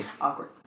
Awkward